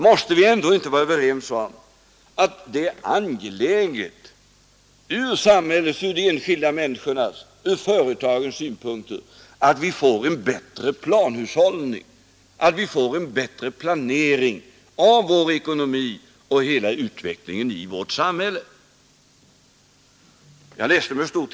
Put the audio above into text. Måste vi ändå inte vara överens om att det är angeläget ur samhällets, de enskilda människornas och ur företagens synpunkter att vi får en bättre planhushållning, en bättre planering av vår ekonomi och hela utvecklingen i vårt samhälle?